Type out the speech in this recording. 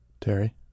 Terry